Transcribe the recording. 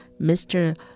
Mr